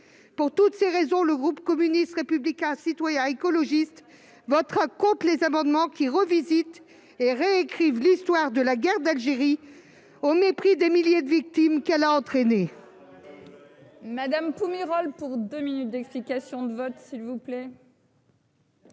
Pour toutes ces raisons, le groupe communiste républicain citoyen et écologiste votera contre ces amendements identiques, dont les auteurs revisitent et réécrivent l'histoire de la guerre d'Algérie, au mépris des milliers de victimes qu'elle a suscitées.